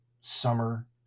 Summer